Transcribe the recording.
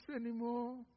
anymore